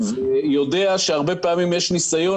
אתה יודע בוודאי שהרבה פעמים יש ניסיון